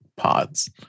Pods